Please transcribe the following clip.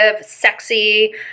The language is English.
sexy